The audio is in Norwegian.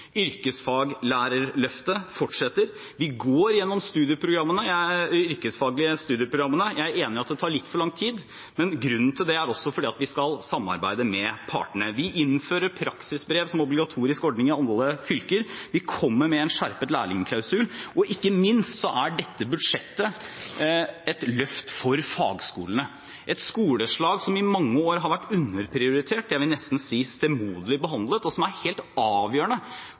Yrkesfaglærerløftet fortsetter. Vi går igjennom de yrkesfaglige studieprogrammene. Jeg er enig i at det tar litt for lang tid, men grunnen til det er også at vi skal samarbeide med partene. Vi innfører praksisbrev som obligatorisk ordning i alle fylker. Vi kommer med en skjerpet lærlingklausul. Og ikke minst er dette budsjettet et løft for fagskolene, et skoleslag som i mange år har vært underprioritert – jeg vil nesten si stemoderlig behandlet – og som er helt avgjørende